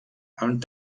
amb